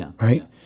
right